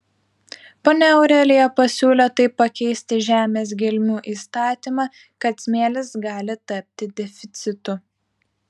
ponia aurelija pasiūlė taip pakeisti žemės gelmių įstatymą kad smėlis gali tapti deficitu